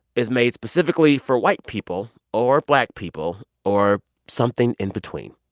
is made specifically for white people or black people or something in between